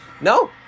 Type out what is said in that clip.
No